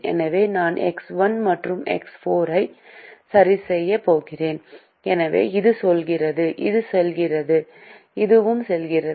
எனவே நான் எக்ஸ் 1 மற்றும் எக்ஸ் 4 ஐ 0 க்கு சரிசெய்யப் போகிறேன் எனவே இது செல்கிறது இது செல்கிறது இதுவும் செல்கிறது